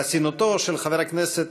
חסינותו של חבר הכנסת